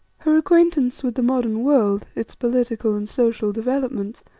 her acquaintance with the modern world, its political and social developments,